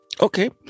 Okay